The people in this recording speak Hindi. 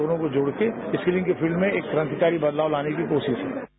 दोनों को जोड़कर स्किलिंग के फोल्ड में एक क्रांतिकारी बदलाव लाने को कोशिश है